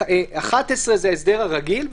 11 זה ההסדר הרגיל,